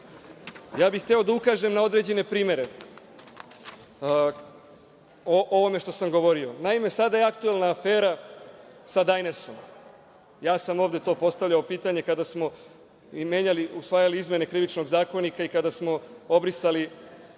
bih da ukažem na određene primere o ovome što sam govorio. Naime, sada je aktuelna afera sa „Dajnersom“. Ovde sam postavljao pitanje kada smo usvajali izmene Krivičnog zakonika i kada smo obrisali